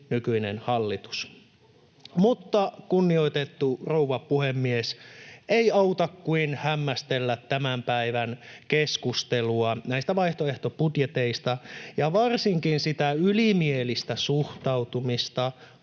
nykyinen hallitus. Mutta, kunnioitettu rouva puhemies, ei auta kuin hämmästellä tämän päivän keskustelua näistä vaihtoehtobudjeteista ja varsinkin sitä ylimielistä suhtautumista